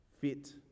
fit